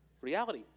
reality